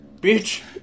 Bitch